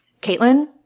Caitlin